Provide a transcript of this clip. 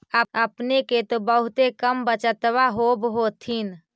अपने के तो बहुते कम बचतबा होब होथिं?